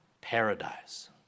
Paradise